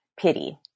pity